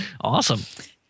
Awesome